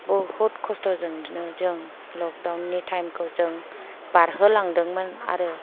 बुहुत खस्थ' जों बिदिनो जों लकडाउन नि टाइम खौ जों बारहोलांदोंमोन आरो